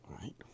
right